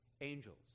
angels